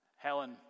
Helen